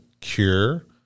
cure